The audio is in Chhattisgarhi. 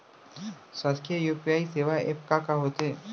शासकीय यू.पी.आई सेवा एप का का होथे?